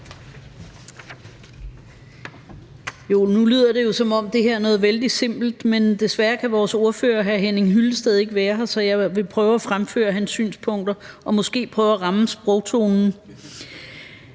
Nu lyder det jo, som om det her er noget vældig simpelt, men desværre kan vores overfører, hr. Henning Hyllested, ikke være her, så jeg vil prøve at fremføre hans synspunkter og måske prøve at ramme sprogtonen.